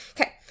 Okay